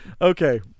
Okay